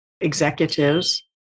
executives